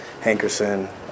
Hankerson